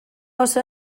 osoa